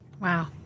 Wow